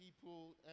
people